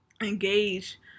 engage